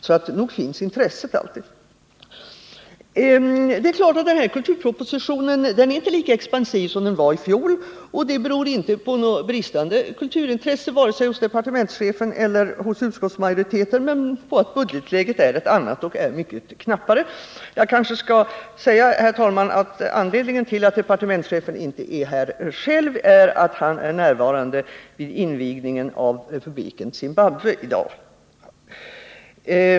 Så nog finns intresset. Det är klart att denna kulturproposition inte är lika expansiv som fjolårets, men det beror inte på bristande kulturintresse vare sig hos departementschefen eller hos utskottsmajoriteten utan på att budgetläget är ett annat och mycket knappare. Jag kanske skall säga, herr talman, att anledningen till att departementschefen inte är här själv är att han i dag är närvarande vid invigningen av republiken Zimbabwe.